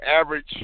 average